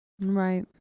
Right